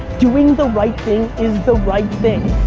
doing the right thing is the right thing.